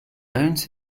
owns